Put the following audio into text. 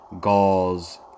gauze